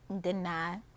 Deny